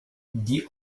dit